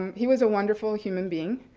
he was a wonderful human being,